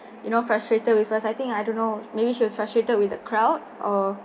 you know frustrated with us I think I don't know maybe she was frustrated with the crowd or